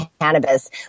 cannabis